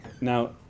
now